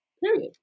period